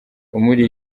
umuri